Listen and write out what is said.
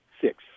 six